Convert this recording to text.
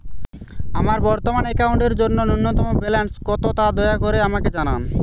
আমার বর্তমান অ্যাকাউন্টের জন্য ন্যূনতম ব্যালেন্স কত তা দয়া করে আমাকে জানান